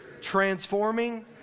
transforming